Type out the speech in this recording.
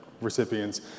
recipients